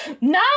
no